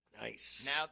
Nice